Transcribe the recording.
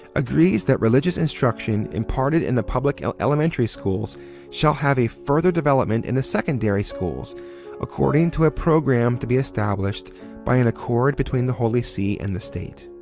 agrees that religious instruction imparted in the public elementary schools shall have a further development in the secondary schools according to a programme to be established by an accord between the holy see and the state.